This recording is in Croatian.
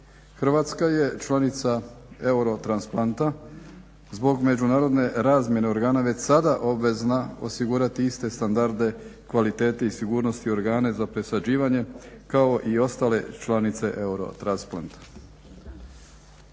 Hrvatska je članica Eurotransplanta zbog međunarodne razmjene organa već sada obvezna osigurati iste standarde kvalitete i sigurnosti organa za presađivanje kao i ostale članice Eurotransplanta.